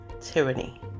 tyranny